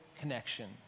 connection